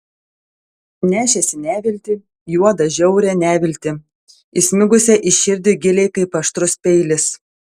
nešėsi neviltį juodą žiaurią neviltį įsmigusią į širdį giliai kaip aštrus peilis